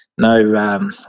No